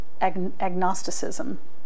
agnosticism